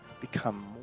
become